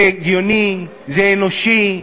זה הגיוני, זה אנושי,